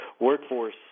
workforce